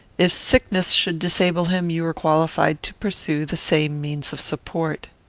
if sickness should disable him, you are qualified to pursue the same means of support.